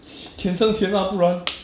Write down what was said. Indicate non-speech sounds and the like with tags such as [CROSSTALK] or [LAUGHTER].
[LAUGHS] 钱生钱啦不然